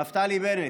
נפתלי בנט,